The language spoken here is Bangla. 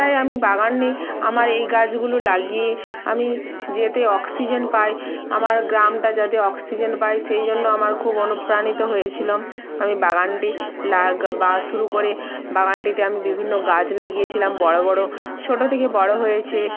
তাই আমি বাগানে আমার এই গাছগুলো লাগিয়ে আমি যাতে অক্সিজেন পায় আমার গ্রামটা যাতে অক্সিজেন পায় সেই জন্য আমার খুব অনুপ্রাণিত হয়েছিলাম আমি বাগানটি লাগা বা শুরু করে বাগানটিতে আমি বিভিন্ন গাছ লাগিয়েছিলাম বড়ো বড়ো ছোটো থকে বড়ো হয়েছে